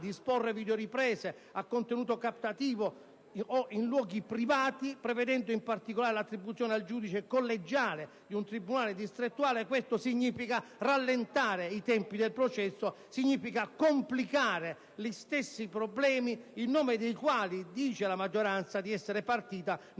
disporre videoriprese a contenuto captativo o in luoghi privati, prevedendo in particolare la competenza del giudice collegiale di un tribunale distrettuale, significa rallentare i tempi del processo e complicare gli stessi problemi in nome dei quali la maggioranza dice di essere partita nel